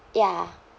ya